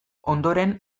ondoren